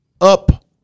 up